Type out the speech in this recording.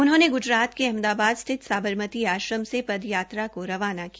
उन्होंने गूजरात के अहमदाबाद स्थित साबरमती आश्रम से पदयात्रा को रवाना किया